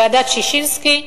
לוועדת-ששינסקי.